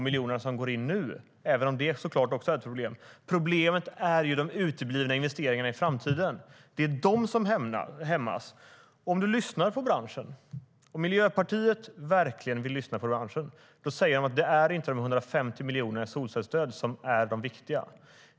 Problemet som Lise Nordin uppenbarligen inte vill se eller kanske inte förstår är de uteblivna investeringarna i framtiden. Det är de som hämmas. Branschen, om nu Miljöpartiet vill lyssna på den, säger att det inte är de 150 miljonerna i solcellsstöd som är det viktiga.